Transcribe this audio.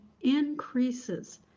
increases